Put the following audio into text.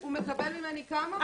הוא מקבל ממני, כמה?